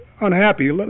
unhappy